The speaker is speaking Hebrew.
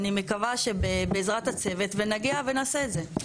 ואני מקווה שבעזרת הצוות נגיע ונעשה את זה.